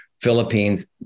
Philippines